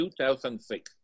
2006